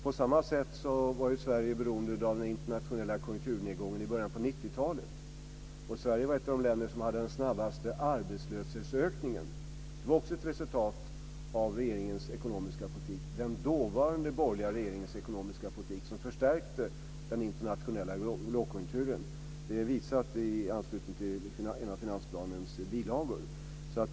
På samma sätt var Sverige beroende av den internationella konjunkturnedgången i början av 90-talet. Sverige var ett av de länder som hade den snabbaste arbetslöshetsökningen, också ett resultat av regeringens ekonomiska politik - den dåvarande borgerliga regeringens ekonomiska politik som förstärkte den internationella lågkonjunkturen. Det är visat i anslutning till en av finansplanens bilagor.